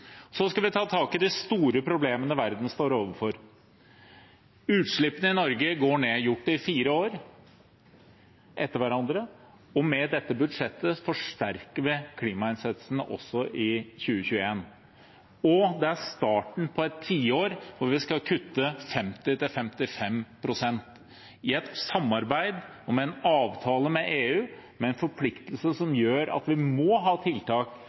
Så skal vi ta tak i de store problemene verden står overfor. Utslippene i Norge går ned og har gjort det i fire år etter hverandre, og med dette budsjettet forsterker vi klimainnsatsen også i 2021. Det er starten på et tiår da vi skal kutte 50–55 pst. i et samarbeid og med en avtale med EU med en forpliktelse som gjør at vi må ha tiltak